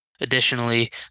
Additionally